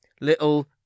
little